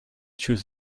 choose